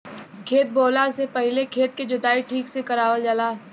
खेत बोवला से पहिले खेत के जोताई ठीक से करावल जाला